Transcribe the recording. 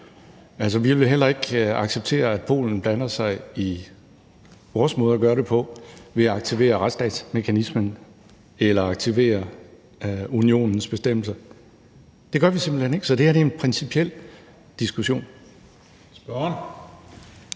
på. Vi vil heller ikke acceptere, at Polen blander sig i vores måde at gøre det på ved at aktivere retsstatsmekanismen eller aktivere Unionens bestemmelser. Det gør vi simpelt hen ikke, så det her er en principiel diskussion. Kl.